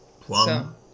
Plum